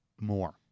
more